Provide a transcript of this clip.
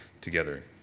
together